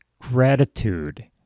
gratitude